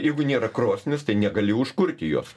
jeigu nėra krosnies tai negali užkurti jos